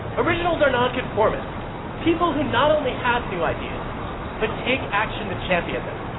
originals are nonconformists, people who not only have new ideas but take action to champion them.